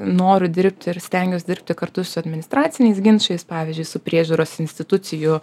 noriu dirbti ir stengiuosi dirbti kartu su administraciniais ginčais pavyzdžiui su priežiūros institucijų